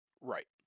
Right